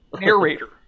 narrator